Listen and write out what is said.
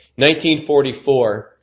1944